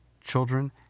children